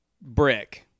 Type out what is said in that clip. brick